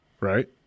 right